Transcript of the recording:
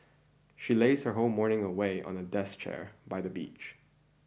she lays her whole morning away on the desk chair by the beach